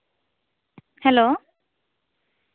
hello